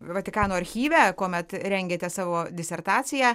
vatikano archyve kuomet rengėte savo disertaciją